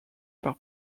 par